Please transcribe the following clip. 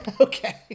Okay